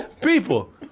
people